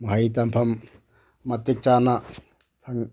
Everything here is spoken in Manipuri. ꯃꯍꯩ ꯇꯝꯐꯝ ꯃꯇꯤꯛ ꯆꯥꯅ